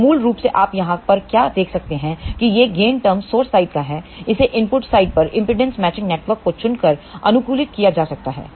तो मूल रूप से आप यहां पर क्या देख सकते हैं यह गेन टर्म स्रोत साइड का है इसे इनपुट साइड पर इंपेडेंस मैचिंग नेटवर्क को चुनकर अनुकूलित किया जा सकता है